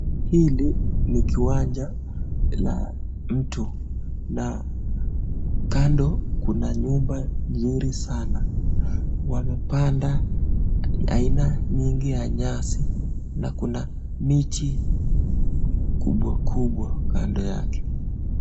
Hili ni kiwanja la mtu na kando kuna nyumba nzuri sanaa. Wamepanda aina nyingi ya nyasi na kuna miti kubwa kubwa kando yake.